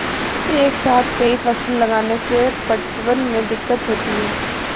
एक साथ कई फसल लगाने से पटवन में दिक्कत होती है